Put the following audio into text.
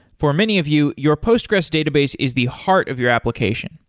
for many of you, your postgres database is the heart of your application.